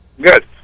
Good